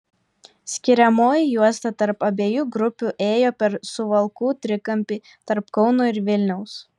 skiriamoji juosta tarp abiejų grupių ėjo per suvalkų trikampį tarp kauno ir vilniaus